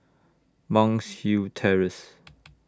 Monk's Hill Terrace